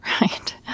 right